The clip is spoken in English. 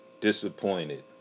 disappointed